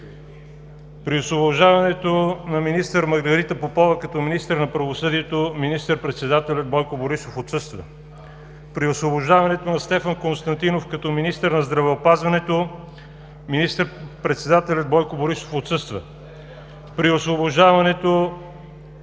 При освобождаването на министър Маргарита Попова като министър на правосъдието министър-председателят Бойко Борисов отсъства. При освобождаването на Стефан Константинов като министър на здравеопазването министър-председателят Бойко Борисов отсъства. При освобождаването